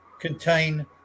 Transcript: contain